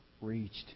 reached